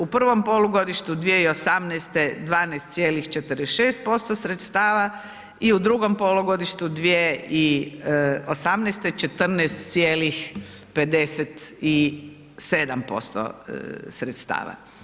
U prvom polugodištu 2018. 12,46% sredstava i u drugom polugodištu 2018. 14,57% sredstava.